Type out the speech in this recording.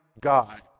God